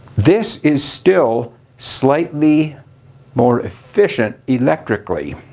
this is still slightly more efficient electrically,